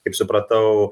kaip supratau